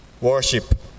worship